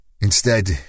Instead